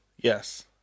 Yes